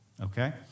Okay